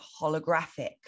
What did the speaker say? holographic